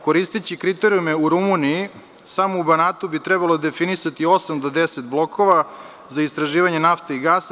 Koristeći kriterijume u Rumuniji samo u Banatu bi trebalo definisati osam do deset blokova za istraživanje nafte i gasa.